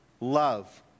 love